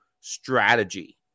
strategy